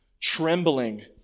trembling